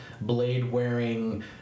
blade-wearing